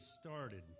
started